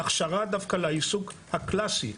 ההכשרה דווקא לעיסוק הקלאסי,